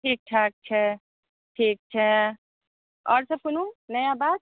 ठीक ठाक छै ठीक छै आओर सभ कोनो नया बात